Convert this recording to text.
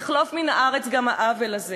יחלוף מן הארץ גם העוול הזה.